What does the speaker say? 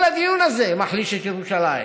כל הדיון הזה מחליש את ירושלים.